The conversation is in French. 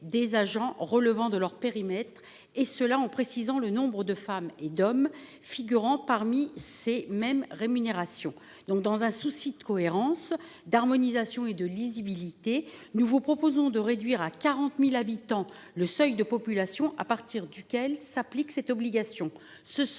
des agents relevant de leur périmètre et cela en précisant le nombre de femmes et d'hommes figurant parmi ces mêmes rémunération donc dans un souci de cohérence d'harmonisation et de lisibilité, nous vous proposons de réduire à 40.000 habitants. Le seuil de population à partir duquel s'applique cette obligation.